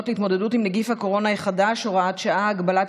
להתמודדות עם נגיף הקורונה החדש (הוראת שעה) (הגבלת